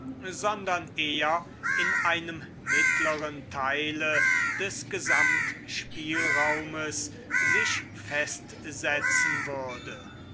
sondern eher in einem mittleren teile des gesamtspielraumes sich festsetzen würde